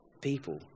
people